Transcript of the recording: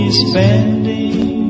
spending